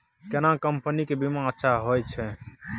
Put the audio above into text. केना कंपनी के बीमा अच्छा होय छै?